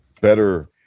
better